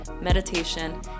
meditation